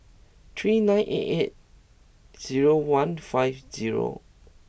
three nine eight eight zero one five zero